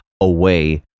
away